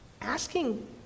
asking